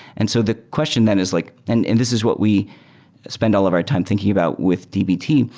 and so the question then is like and in this is what we spend all of our time thinking about with dbt.